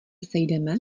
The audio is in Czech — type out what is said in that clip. sejdeme